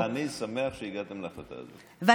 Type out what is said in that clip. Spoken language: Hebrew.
אני שמח שהגעתם להחלטה הזאת, וטוב מאוחר.